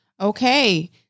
Okay